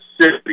city